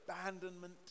abandonment